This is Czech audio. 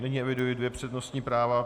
Nyní eviduji dvě přednostní práva.